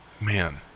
Man